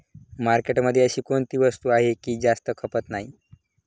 मार्केटमध्ये अशी कोणती वस्तू आहे की जास्त खपत नाही?